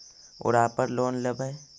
ओरापर लोन लेवै?